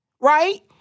Right